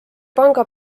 panga